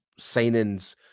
signings